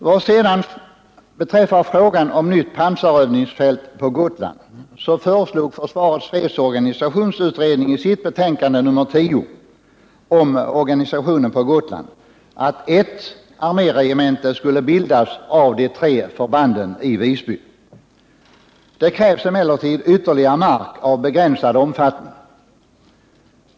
Vad sedan beträffar frågan om ett nytt pansarövningsfält på Gotland föreslog FFU i sitt betänkande nr 10 om organisationen på Gotland att ett arméregemente skulle bildas av de tre förbanden i Visby. Det krävs emellertid ytterligare mark av begränsad omfattning.